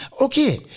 Okay